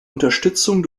unterstützung